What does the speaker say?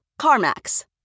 CarMax